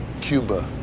Cuba